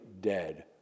dead